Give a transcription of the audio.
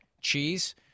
cheese